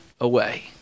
away